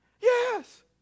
Yes